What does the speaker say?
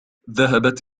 ذهبت